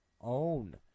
own